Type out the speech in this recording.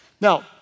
Now